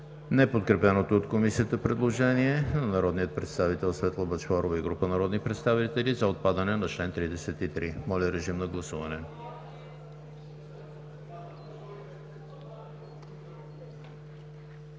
неподкрепеното от Комисията предложение на народния представител Светла Бъчварова и група народни представители за отпадане на чл. 33. Гласували